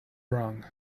wrong